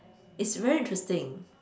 it's very interesting